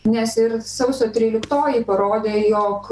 nes ir sausio tryliktoji parodė jog